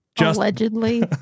Allegedly